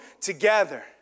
together